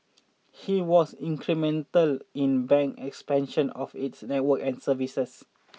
he was incremental in the bank's expansion of its network and services